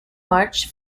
march